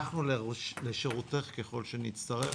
אנחנו לשירותך ככל שתצטרכי.